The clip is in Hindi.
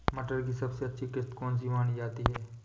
मटर की सबसे अच्छी किश्त कौन सी मानी जाती है?